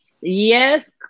Yes